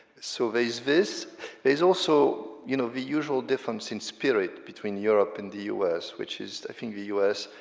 so there is this. there is also, you know, the usual difference in spirit between europe and the u s, which is i think the u s,